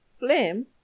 Flame